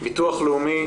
ביטוח לאומי,